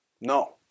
No